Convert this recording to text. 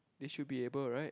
they should be able right